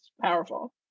powerful